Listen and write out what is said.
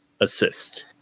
assist